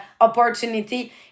opportunity